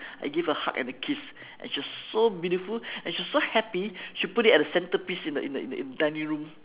I gave a hug and a kiss and it's just so beautiful and she was so happy she put it at the center piece in the in the in the dining room